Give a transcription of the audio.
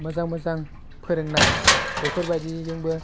मोजां मोजां फोरोंनाय बेफोरबायदिजोंबो